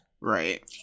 Right